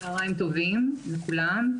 צוהריים טובים לכולם,